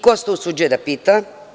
Ko se to usuđuje da pita?